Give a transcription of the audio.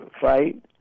fight